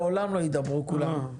לעולם לא ידברו כולם,